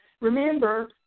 Remember